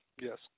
Yes